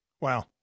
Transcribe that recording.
Wow